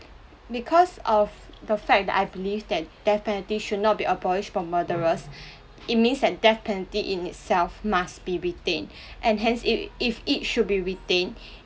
because of the fact that I believe that death penalty should not be abolished for murderers it means that death penalty in itself must be retained and hence if it should be retained